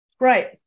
Right